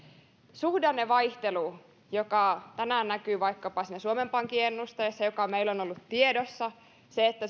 suhdannevaihtelu joka tänään näkyy vaikkapa siinä suomen pankin ennusteessa joka meillä on ollut tiedossa se että